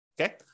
Okay